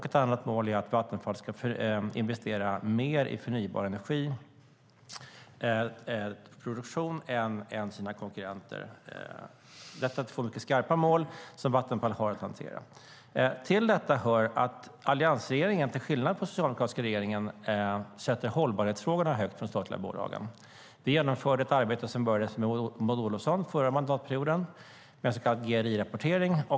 Ett annat mål är att Vattenfall ska investera mer i förnybar energiproduktion än sina konkurrenter. De är två mycket skarpa mål som Vattenfall har att hantera. Till detta hör att alliansregeringen, till skillnad från den socialdemokratiska regeringen, sätter hållbarhetsfrågorna för de statliga bolagen högt. Vi genomförde ett arbete som påbörjades av Maud Olofsson under den förra mandatperioden, en så kallad GRI-rapportering.